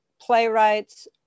playwrights